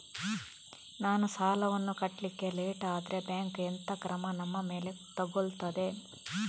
ನಾವು ಸಾಲ ವನ್ನು ಕಟ್ಲಿಕ್ಕೆ ಲೇಟ್ ಆದ್ರೆ ಬ್ಯಾಂಕ್ ಎಂತ ಕ್ರಮ ನಮ್ಮ ಮೇಲೆ ತೆಗೊಳ್ತಾದೆ?